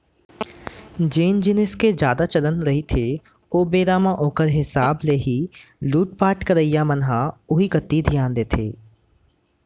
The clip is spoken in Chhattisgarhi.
जेन जिनिस के जादा चलन रहिथे ओ बेरा म ओखर हिसाब ले ही लुटपाट करइया मन ह उही कोती धियान देथे